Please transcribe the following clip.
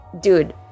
dude